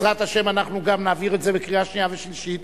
בעזרת השם, גם נעביר את זה לקריאה שנייה ושלישית.